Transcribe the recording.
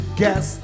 guess